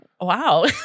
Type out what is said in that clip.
wow